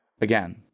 Again